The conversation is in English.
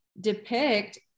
depict